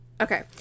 Okay